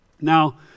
Now